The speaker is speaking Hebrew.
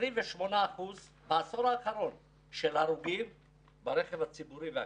28% מההרוגים ברכב הציבורי והכבד.